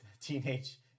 Teenage